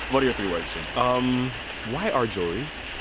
what are your three words, gene? um why are juries?